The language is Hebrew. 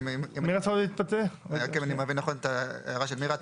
אם אני מבין נכון את ההערה של מירה,